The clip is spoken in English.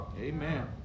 Amen